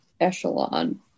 echelon